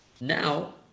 Now